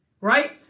right